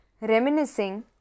Reminiscing